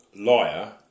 liar